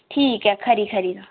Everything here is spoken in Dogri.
ठीक ऐ खरी खरी